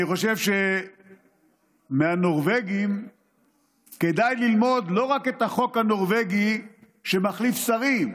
אני חושב שמהנורבגים כדאי ללמוד לא רק את החוק הנורבגי שמחליף שרים,